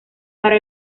para